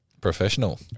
Professional